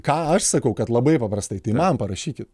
ką aš sakau kad labai paprastai tai man parašykit